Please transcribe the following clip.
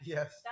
Yes